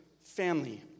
family